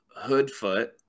Hoodfoot